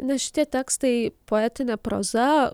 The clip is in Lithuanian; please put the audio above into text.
nes šitie tekstai poetinė proza